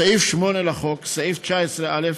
סעיף 8 לחוק, סעיף 19(א)